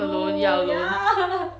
alone you're alone